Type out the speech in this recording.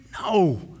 No